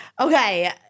okay